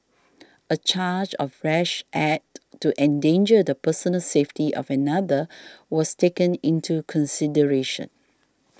a charge of rash act to endanger the personal safety of another was taken into consideration